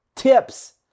Tips